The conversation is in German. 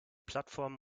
plattform